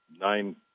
nine